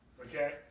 Okay